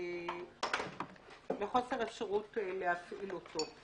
לחוסר אפשרות להפעיל אותו.